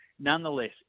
Nonetheless